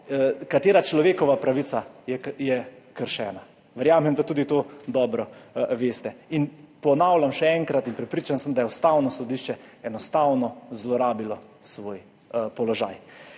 katera človekova pravica je kršena. Verjamem, da tudi to dobro veste. In ponavljam še enkrat, in prepričan sem, da je Ustavno sodišče enostavno zlorabilo svoj položaj.